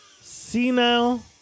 senile